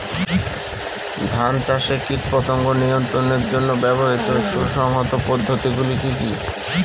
ধান চাষে কীটপতঙ্গ নিয়ন্ত্রণের জন্য ব্যবহৃত সুসংহত পদ্ধতিগুলি কি কি?